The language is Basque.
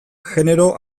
genero